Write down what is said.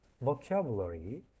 vocabulary